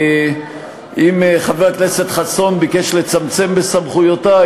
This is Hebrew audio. אם חבר הכנסת חסון ביקש לצמצם בסמכויותי,